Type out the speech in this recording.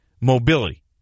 mobility